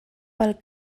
pel